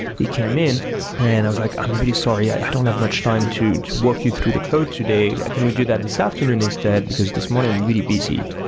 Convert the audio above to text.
he came in and i was like, i'm really sorry. i don't have much time to to work you through the code today. can we do that this afternoon instead, instead, because this morning i'm really busy?